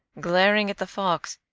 glaring at the fox,